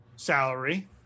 salary